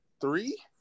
three